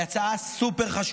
היא הצעה סופר-חשובה.